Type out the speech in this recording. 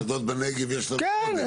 בשדות בנגב יש לנו עודף.